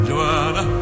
Joanna